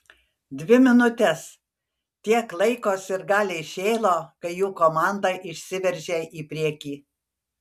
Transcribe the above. dvi minutes tiek laiko sirgaliai šėlo kai jų komanda išsiveržė į priekį